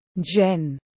Jen